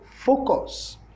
Focus